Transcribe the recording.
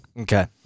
Okay